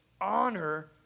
honor